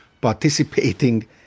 participating